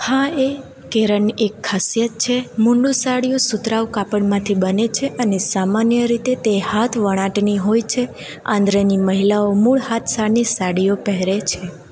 હા એ કેરળની એક ખાસિયત છે મુન્ડું સાડીઓ સુતરાઉ કાપડમાંથી બને છે અને સામાન્ય રીતે તે હાથવણાટની હોય છે આંધ્રની મહિલાઓ મૂળ હાથશાળની સાડીઓ પહેરે છે